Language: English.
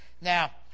Now